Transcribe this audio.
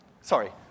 sorry